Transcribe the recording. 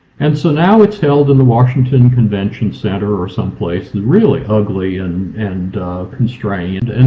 and so now it's held in the washington convention center, or someplace. really ugly and and constrained. and